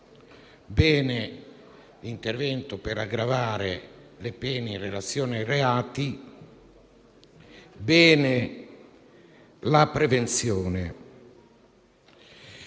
Bene l'intervento per aggravare le pene in relazione ai reati, bene la prevenzione.